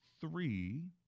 three